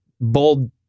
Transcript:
bold